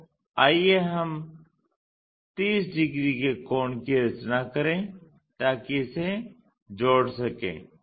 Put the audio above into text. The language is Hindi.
तो आइए हम 30 डिग्री के कोण की रचना करें ताकि इसे जोड़ सकें